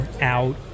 out